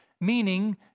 meaning